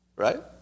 Right